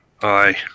Aye